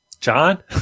John